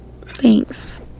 Thanks